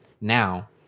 now